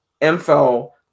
info